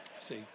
See